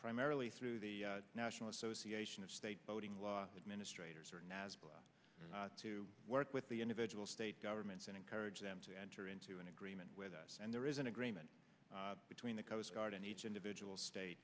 primarily through the national association of state boating law administrator to work with the individual state governments and encourage them to enter into an agreement with us and there is an agreement between the coast guard in each individual state